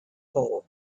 hole